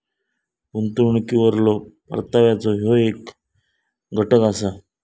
गुंतवणुकीवरलो परताव्याचो ह्यो येक घटक असा